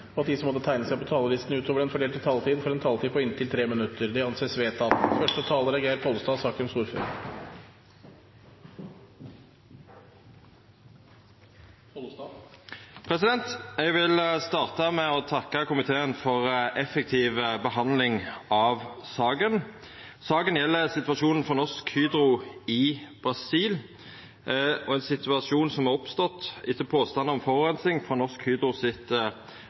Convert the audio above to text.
og at de som måtte tegne seg på talerlisten utover den fordelte taletid, får en taletid på inntil 3 minutter. – Det anses vedtatt. Eg vil starta med å takka komiteen for effektiv behandling av saka. Saka gjeld situasjonen for Norsk Hydro i Brasil, ein situasjon som har oppstått etter påstandar om forureining frå Norsk